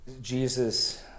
Jesus